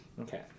Okay